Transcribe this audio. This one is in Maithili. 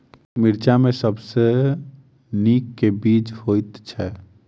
मिर्चा मे सबसँ नीक केँ बीज होइत छै?